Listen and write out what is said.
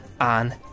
on